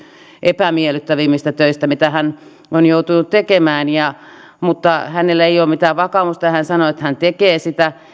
epämiellyttävimmistä töistä mitä hän on joutunut tekemään mutta hänellä ei ole mitään vakaumusta ja hän sanoi että hän tekee sitä